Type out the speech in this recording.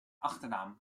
achternaam